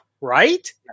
right